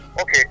Okay